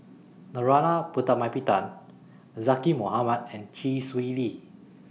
Narana Putumaippittan Zaqy Mohamad and Chee Swee Lee